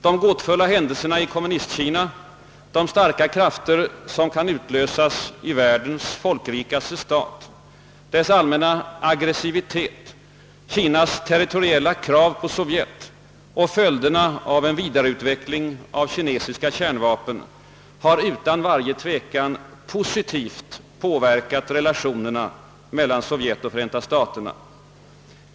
De gåtfulla händelserna i Kommunistkina, de starka krafter som kan utlösas i världens folkrikaste stat, dess allmänna aggressivitet, Kinas territoriella krav på Sovjet och följderna av en vidareutveckling av kinesiska kärnvapen har utan varje tvivel positivt påverkat relationerna mellan Sovjet och Förenta staterna.